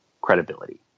credibility